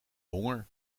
honger